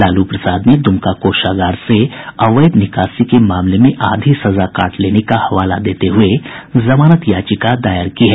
लालू प्रसाद ने दुमका कोषागार से अवैध निकासी के मामले में आधी सजा काट लेने का हवाला देते हुये जमानत याचिका दायर की है